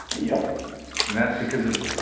yup. and that's because of